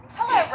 Hello